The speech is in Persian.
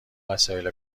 وسایل